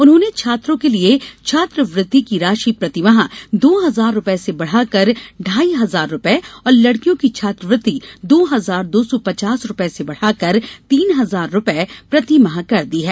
उन्होंने छात्रों के लिए छात्रवृत्ति की राशि प्रति माह दो हजार रूपये से बढ़ा कर ढाई हजार रूपये और लड़कियों की छात्रवृत्ति दो हजार दो सौ पचास रूपये से बढ़ाकर तीन हजार रूपये प्रति माह कर दी है